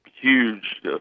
huge